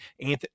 anthony